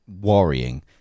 worrying